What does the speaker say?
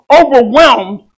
overwhelmed